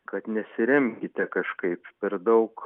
kad nesiremkite kažkaip per daug